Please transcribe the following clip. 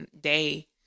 day